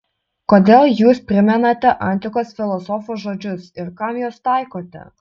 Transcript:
kodėl jūs primenate antikos filosofų žodžius ir kam juos taikote